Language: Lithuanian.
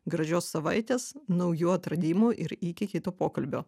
gražios savaitės naujų atradimų ir iki kito pokalbio